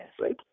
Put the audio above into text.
Right